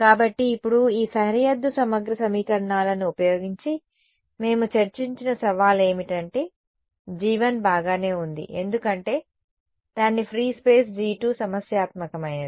కాబట్టి ఇప్పుడు ఈ సరిహద్దు సమగ్ర సమీకరణాలను ఉపయోగించి మేము చర్చించిన సవాలు ఏమిటంటే g1 బాగానే ఉంది ఎందుకంటే దాని ఫ్రీ స్పేస్ g2 సమస్యాత్మకమైనది